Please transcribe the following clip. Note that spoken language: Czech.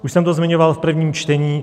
Už jsem to zmiňoval v prvním čtení.